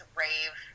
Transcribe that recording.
rave